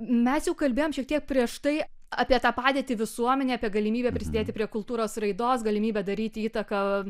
mes jau kalbėjom šiek tiek prieš tai apie tą padėtį visuomenėj apie galimybę prisidėti prie kultūros raidos galimybę daryti įtaką